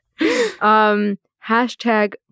Hashtag